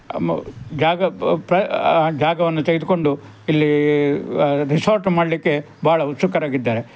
ಮ್ ಜಾಗ ಜಾಗವನ್ನು ತೆಗೆದುಕೊಂಡು ಇಲ್ಲಿ ರಿಸಾರ್ಟ್ ಮಾಡಲಿಕ್ಕೆ ಭಾಳ ಉತ್ಸುಕರಾಗಿದ್ದಾರೆ